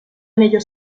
anillo